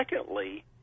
secondly